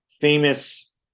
famous